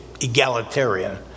egalitarian